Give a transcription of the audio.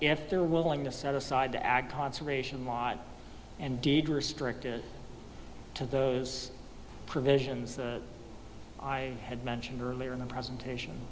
if they're willing to set aside to add conservation laws and deed restricted to those provisions i had mentioned earlier in the presentation